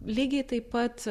lygiai taip pat